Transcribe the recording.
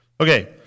okay